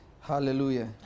Hallelujah